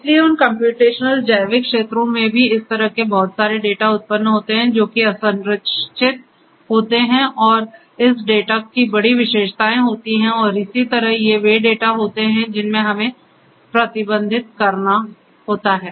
इसलिए उन कम्प्यूटेशनल जैविक क्षेत्रों में भी इस तरह के बहुत सारे डेटा उत्पन्न होते हैं जो कि असंरचित होते हैं और इस डेटा की बड़ी विशेषताएं होती हैं और इसी तरह ये वे डेटा होते हैं जिन्हें हमें प्रबंधित करना होता है